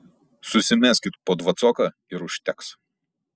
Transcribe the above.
susimeskit po dvacoką ir užteks